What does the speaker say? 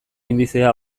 indizea